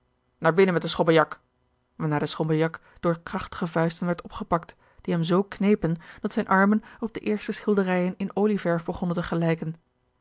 naar binnen met den schobbejak waarna de schobbejak door krachtige vuisten werd opgepakt die hem zoo knepen dat zijne armen op de eerste schilderijen in olieverw begonnen te gelijken